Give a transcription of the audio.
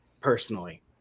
personally